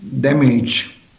damage